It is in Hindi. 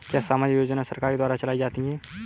क्या सामाजिक योजनाएँ सरकार के द्वारा चलाई जाती हैं?